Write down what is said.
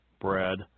bread